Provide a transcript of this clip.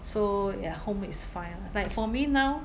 so ya home is fine ah like for me now